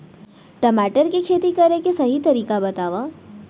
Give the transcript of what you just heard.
टमाटर की खेती करे के सही तरीका बतावा?